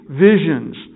visions